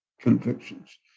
convictions